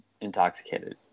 intoxicated